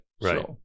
Right